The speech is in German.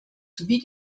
sowie